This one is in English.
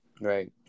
Right